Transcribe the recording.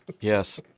Yes